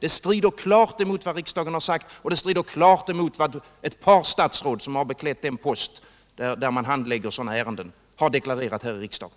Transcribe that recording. Det strider klart mot vad riksdagen har sagt, och det strider klart mot vad ett par av statsråden, som har beklätt den post där man handlägger sådana ärenden, har deklarerat i riksdagen.